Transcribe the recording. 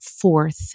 fourth